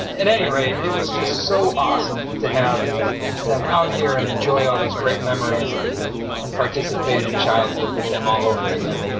at any rate, it was just so awesome to have them out here and enjoy all those great memories and and participate in childhood with them all over again.